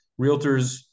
realtors